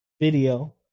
video